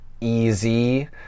easy